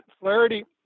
Flaherty